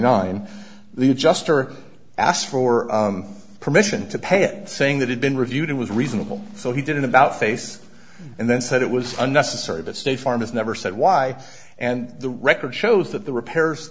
nine the adjuster asked for permission to pay it saying that had been reviewed it was reasonable so he did an about face and then said it was unnecessary that state farm has never said why and the record shows that the repairs